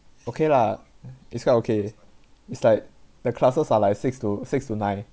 okay lah it's quite okay it's like the classes are like six to six to nine